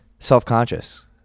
self-conscious